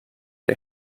the